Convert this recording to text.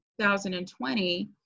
2020